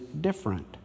different